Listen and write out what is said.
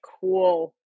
cool